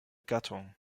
gattung